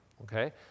okay